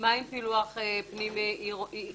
מייצר את החצר הקדמית של משרד החינוך,